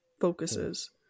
focuses